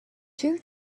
two